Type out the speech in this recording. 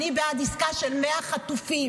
אני בעד עסקה של 100 חטופים,